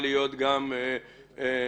אנחנו